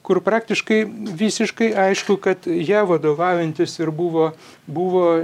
kur praktiškai visiškai aišku kad ja vadovaujantis ir buvo buvo